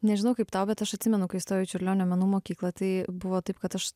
nežinau kaip tau bet aš atsimenu kai įstojau į čiurlionio menų mokyklą tai buvo taip kad aš